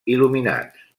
il·luminats